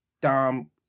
Dom